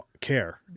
care